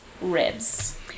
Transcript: ribs